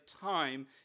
time